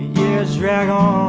years drag on